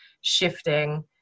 shifting